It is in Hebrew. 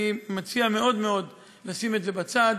אני מציע מאוד מאוד לשים את זה בצד.